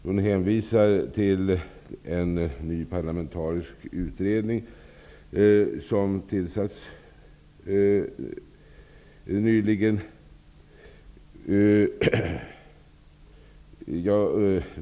Hon hänvisar till en ny parlamentarisk utredning som nyligen har tillsatts.